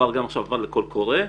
ועכשיו עבר גם קול קורא.